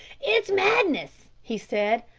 it's madness! he said.